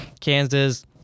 Kansas –